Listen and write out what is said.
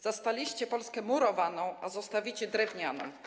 Zastaliście Polskę murowaną, a zostawicie drewnianą.